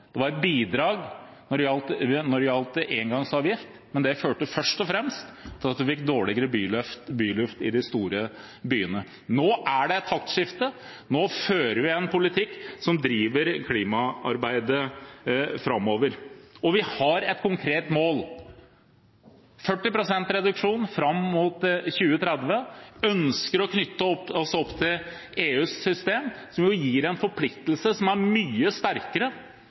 Det var bidrag når det gjaldt engangsavgift, men det førte først og fremst til at vi fikk dårligere luft i de store byene. Nå er det et taktskifte, nå fører vi en politikk som driver klimaarbeidet framover, og vi har et konkret mål, 40 pst. reduksjon fram mot 2030. Vi ønsker å knytte oss opp til EUs system, som gir en forpliktelse som er mye sterkere